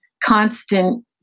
constant